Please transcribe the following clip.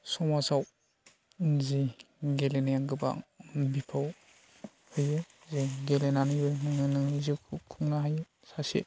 समाजाव जि गेलेनाया गोबां बिफाव होयो जाय गेलेनानैबो नोङो नोंनि जिउखौ खुंनो हायो सासे